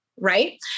right